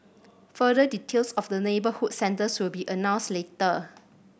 further details of the neighbourhood centres will be announced later